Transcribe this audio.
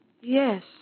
Yes